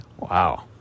Wow